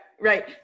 Right